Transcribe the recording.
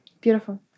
Beautiful